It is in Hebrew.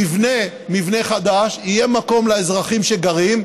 נבנה מבנה חדש, יהיה מקום לאזרחים שגרים,